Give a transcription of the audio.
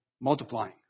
multiplying